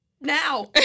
now